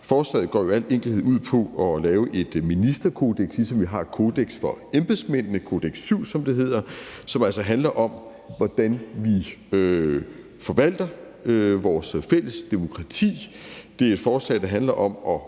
Forslaget går i al sin enkelhed ud på at lave et ministerkodeks, ligesom vi har et kodeks for embedsmændene, altså »Kodex VII«, som det hedder, der handler om, hvordan vi forvalter vores fælles demokrati. Det er et forslag, der handler om at